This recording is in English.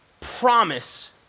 promise